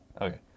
Okay